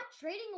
trading